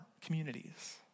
communities